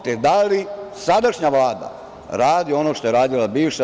Te, da li sadašnja Vlada radi ono što je radila bivša?